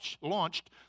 launched